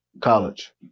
college